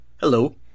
Hello